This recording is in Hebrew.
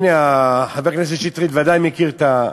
הנה, חבר הכנסת שטרית ודאי מכיר את,